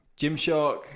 gymshark